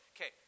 Okay